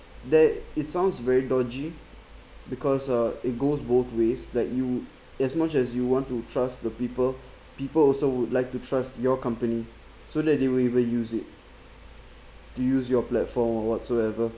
that it sounds very dodgy because uh it goes both ways that you as much as you want to trust the people people also would like to trust your company so that they will even use it to use your platform or whatsoever